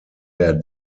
der